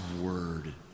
word